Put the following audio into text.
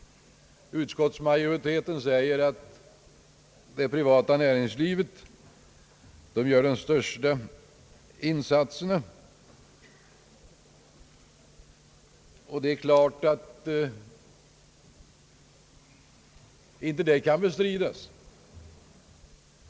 Utskottsmajoriteten säger att det är det privata näringslivet som gör de största insatserna, och det är klart att det inte kan bestridas.